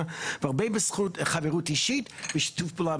והרבה בזכות חברות אישית ושיתוף פעולה.